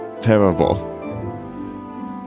terrible